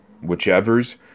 whichever's